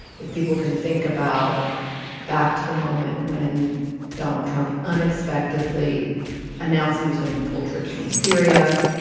if people can think about back to the moment when donald trump unexpectedly announced he was going to pull troops from syria,